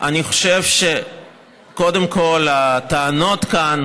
אני חושב שקודם כול הטענות כאן